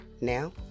now